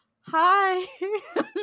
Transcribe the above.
hi